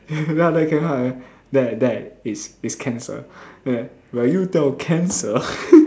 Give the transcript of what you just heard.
then after that Kevin was like that that is is cancer will you tell cancer